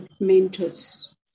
mentors